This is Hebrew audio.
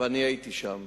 ואני הייתי שם,